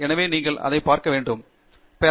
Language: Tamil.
எனவே நீங்கள் அதை பார்க்க வேண்டும் வழி